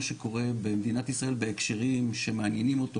שקורה במדינת ישראל בהקשרים שמעניינים אותו.